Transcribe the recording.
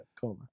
coma